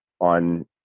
on